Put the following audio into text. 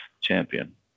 champion